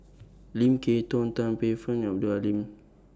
Lim Kay Tong Tan Paey Fern and